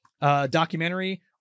documentary